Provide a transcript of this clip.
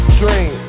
dream